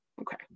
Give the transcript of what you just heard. Okay